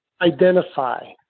identify